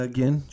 Again